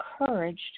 encouraged